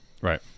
Right